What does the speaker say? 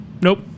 nope